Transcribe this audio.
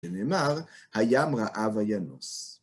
שנאמר, הים ראה וינוס.